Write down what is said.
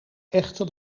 echte